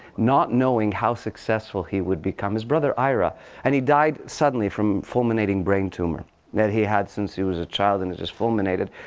not knowing how successful he would become. his brother, ira and he died suddenly from fulminating brain tumor that he'd had since he was a child. and it just fulminated.